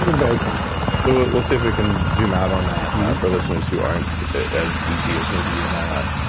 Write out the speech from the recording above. very complex so, we'll see if we can zoom out on that for listeners who aren't as geeky as maybe you and i are.